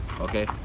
okay